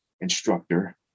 instructor